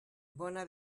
bona